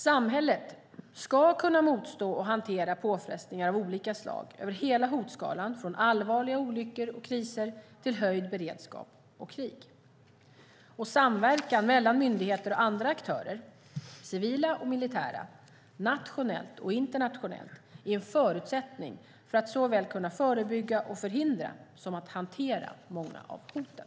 Samhället ska kunna motstå och hantera påfrestningar av olika slag över hela hotskalan från allvarliga olyckor och kriser till höjd beredskap och krig. Samverkan mellan myndigheter och andra aktörer - civila och militära, nationellt och internationellt - är en förutsättning för att såväl förebygga och förhindra som att hantera många av hoten.